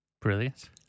brilliant